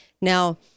Now